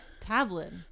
Tablet